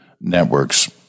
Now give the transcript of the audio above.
networks